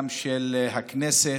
גם של הכנסת,